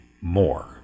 more